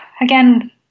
Again